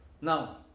Now